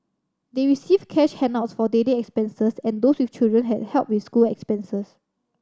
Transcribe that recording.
they received cash handouts for daily expenses and those with children had help with school expenses